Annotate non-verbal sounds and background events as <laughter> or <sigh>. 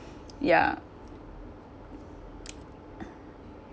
ya <noise>